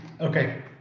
okay